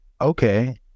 okay